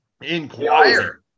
Inquire